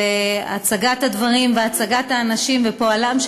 הצגת הדברים והצגת האנשים עם מוגבלות ופועלם,